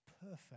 perfect